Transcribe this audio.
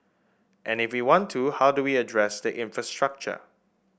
and if we want to how do we address the infrastructure